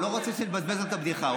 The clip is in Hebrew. לא רציתי לבזבז לו את הבדיחה.